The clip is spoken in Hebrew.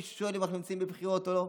אם מישהו שואל אם אנחנו נמצאים בבחירות או לא,